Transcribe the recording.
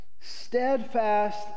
Steadfast